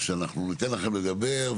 שאנחנו ניתן לכם לדבר,